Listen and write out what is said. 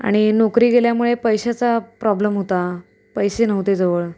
आणि नोकरी गेल्यामुळे पैशाचा प्रॉब्लेम होता पैसे नव्हते जवळ